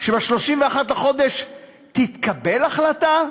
שב-31 בחודש תתקבל החלטה?